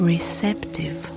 Receptive